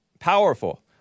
Powerful